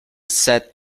sat